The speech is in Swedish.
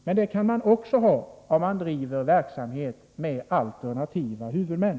Men det kan man också ha om verksamheten drivs med alternativa huvudmän.